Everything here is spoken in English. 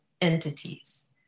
entities